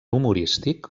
humorístic